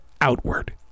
outward